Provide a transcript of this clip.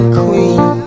queen